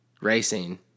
racing